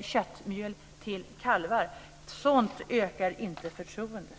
köttmjöl till kalvar. Sådant ökar inte förtroendet.